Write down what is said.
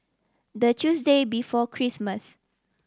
the Tuesday before Christmas